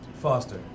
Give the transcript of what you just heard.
Foster